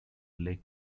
lake